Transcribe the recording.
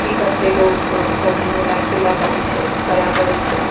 कि करतै लोक सबचीज मिलैके चलै पड़ै छै करै पड़ै छै